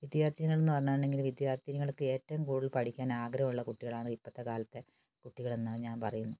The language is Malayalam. വിദ്യാത്ഥിനികള് എന്നു പറഞ്ഞിട്ടുണ്ടെങ്കില് വിദ്യാത്ഥിനികള്ക്ക് ഏറ്റവും കൂടുതല് പഠിക്കാന് ആഗ്രഹമുള്ള കുട്ടികളാണ് ഇപ്പോഴത്തെക്കാലത്തെ കുട്ടികള് എന്നാണ് ഞാന് പറയുന്നത്